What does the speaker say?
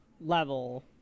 level